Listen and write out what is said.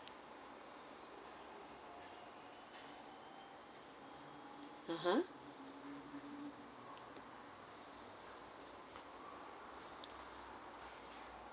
(uh huh)